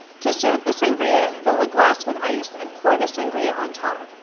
to serve the sangria, fill a glass with ice and pour the sangria on top.